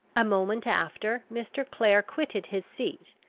a moment after, mr. clare quitted his seat,